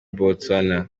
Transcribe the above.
botswana